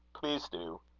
please do.